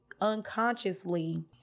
unconsciously